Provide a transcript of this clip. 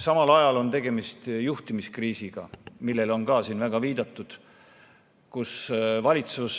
Samal ajal on tegemist juhtimiskriisiga, millele on ka siin väga palju viidatud. Valitsus